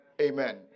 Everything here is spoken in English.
Amen